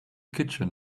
kitchen